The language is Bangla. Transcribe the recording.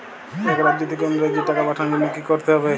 এক রাজ্য থেকে অন্য রাজ্যে টাকা পাঠানোর জন্য কী করতে হবে?